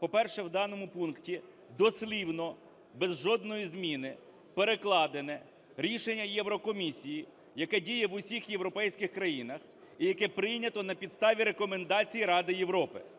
10:24:48 КНЯЖИЦЬКИЙ М.Л. По-перше, в даному пункті дослівно без жодної зміни перекладене рішення Єврокомісії, яке діє в усіх європейських країнах і яке прийнято на підставі рекомендацій Ради Європи.